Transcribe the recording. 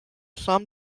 some